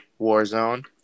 Warzone